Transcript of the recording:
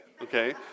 okay